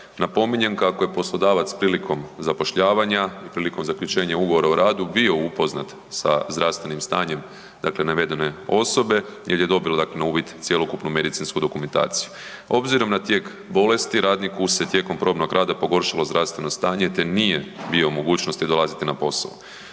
Napominjem kako je poslodavac prilikom zapošljavanja i prilikom zaključenja ugovora o radu bio upoznat sa zdravstvenim stanjem, dakle, navedene osobe jer je dobila, dakle na uvid cjelokupnu medicinsku dokumentaciju. Obzirom na tijek bolesti radniku se tijekom probnog rada pogoršalo zdravstveno stanje te nije bio u mogućnosti dolaziti na posao.